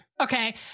Okay